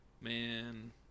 Man